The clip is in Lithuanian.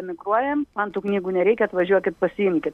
emigruojam man tų knygų nereikia atvažiuokit pasiimkit